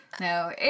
No